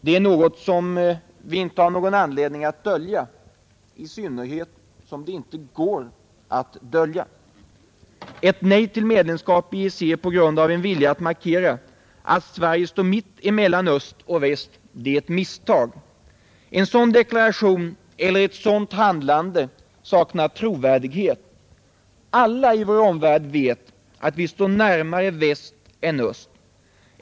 Detta är inte något som vi har anledning att dölja, i synnerhet som det inte går att dölja. Ett nej till medlemskap i EEC på grund av en vilja att markera att Sverige står mitt emellan öst och väst är ett misstag. En sådan deklaration eller ett sådant handlande saknar trovärdighet. Alla i vår omvärld vet att vi står närmare väst än öst.